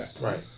Right